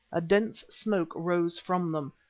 a dense smoke rose from them,